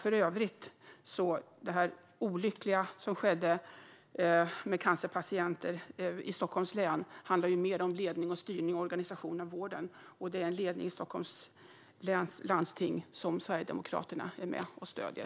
För övrigt handlar det olyckliga som skedde med cancerpatienter i Stockholms län mer om ledning, styrning och organisation av vården. Det är en ledning i Stockholms läns landsting som Sverigedemokraterna är med och stöder.